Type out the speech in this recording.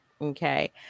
Okay